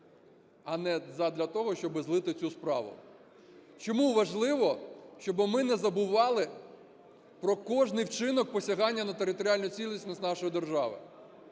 а не задля того, щоб злити цю справу. Чому важливо, щоб ми не забували про кожний вчинок посягання на територіальну цілісність нашої держави?